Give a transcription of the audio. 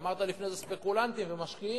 אמרת לפני זה ספקולנטים ומשקיעים,